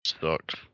sucks